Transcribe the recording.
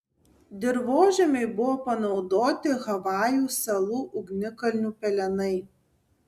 dirvožemiui buvo panaudoti havajų salų ugnikalnių pelenai